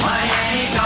Miami